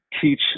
teach